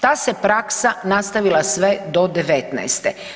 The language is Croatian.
Ta se praksa nastavila sve do '19.